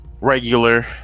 regular